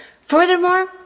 Furthermore